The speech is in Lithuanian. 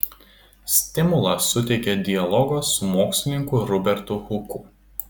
stimulą suteikė dialogas su mokslininku robertu huku